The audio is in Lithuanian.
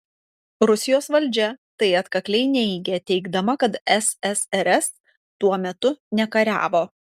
rusijos valdžia tai atkakliai neigia teigdama kad ssrs tuo metu nekariavo